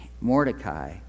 Mordecai